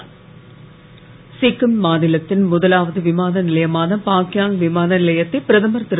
மோடி சிக்கிம் சிக்கிம் மாநிலத்தின் முதலாவது விமான நிலையமான பாக்யாங் விமான நிலையத்தை பிரதமர் திரு